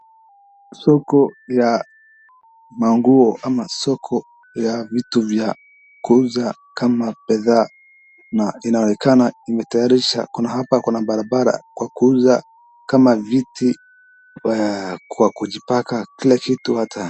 Soko ya manguo ama soko ya vitu vya kuuza kama bidhaa na inaonekana imetayarishwa, hapa kuna barabara, kwa kuuza kama viti kwa kujipaka kila kitu hata.